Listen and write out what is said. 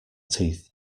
teeth